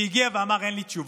שהגיע ואמר: אין לי תשובות.